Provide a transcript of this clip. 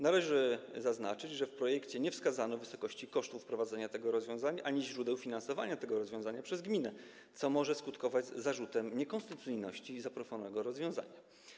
Należy zaznaczyć, że w projekcie nie wskazano wysokości kosztów wprowadzenia tego rozwiązania ani źródeł jego finansowania przez gminę, co może skutkować zarzutem niekonstytucyjności zaproponowanego rozwiązania.